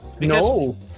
No